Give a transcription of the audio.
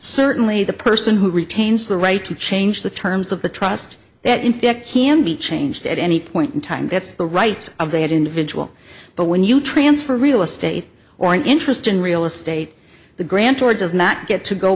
certainly the person who retains the right to change the terms of the trust that in fact can be changed at any point in time that's the right of the individual but when you transfer real estate or an interest in real estate the grant or does not get to go